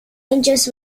interest